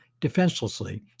defenselessly